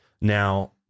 now